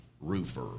roofer